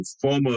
former